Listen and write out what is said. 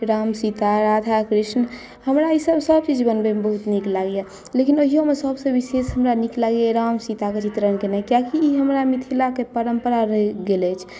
राम सीता राधा कृष्ण हमरा ईसभ सभ किछु बनबै मे बहुत नीक लागैया लेकिन ओहियोमे सबसे विशेष हमरा नीक लागैया राम सीताक चित्रण केनाइ कियाकि ई हमरा मिथिलाक परम्परा रहि गेल अछि